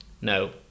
No